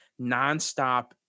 nonstop